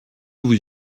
vous